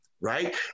right